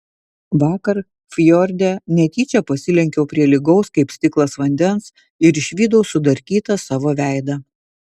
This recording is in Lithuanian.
vakar fjorde netyčia pasilenkiau prie lygaus kaip stiklas vandens ir išvydau sudarkytą savo veidą